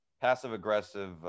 passive-aggressive